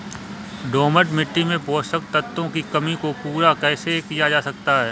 दोमट मिट्टी में पोषक तत्वों की कमी को पूरा कैसे किया जा सकता है?